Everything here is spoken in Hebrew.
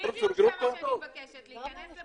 בדיוק זה מה שאני מבקשת, להיכנס לפרופורציות.